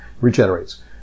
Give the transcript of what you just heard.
regenerates